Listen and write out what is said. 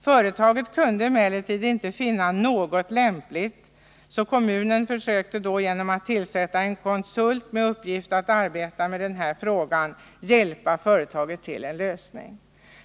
Företaget kunde emellertid inte finna något lämpligt objekt, varför kommunen försökte hjälpa företaget till en lösning genom att tillsätta en konsult med uppgift att arbeta med den här frågan.